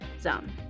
zone